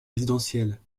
résidentielles